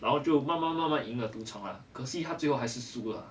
然后就慢慢慢慢赢了赌场啦可惜他最后还是输啦